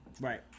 Right